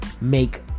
make